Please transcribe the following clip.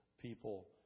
people